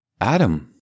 Adam